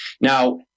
Now